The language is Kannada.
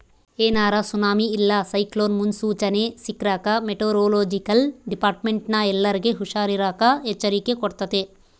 ಏನಾರ ಸುನಾಮಿ ಇಲ್ಲ ಸೈಕ್ಲೋನ್ ಮುನ್ಸೂಚನೆ ಸಿಕ್ರ್ಕ ಮೆಟೆರೊಲೊಜಿಕಲ್ ಡಿಪಾರ್ಟ್ಮೆಂಟ್ನ ಎಲ್ಲರ್ಗೆ ಹುಷಾರಿರಾಕ ಎಚ್ಚರಿಕೆ ಕೊಡ್ತತೆ